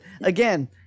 again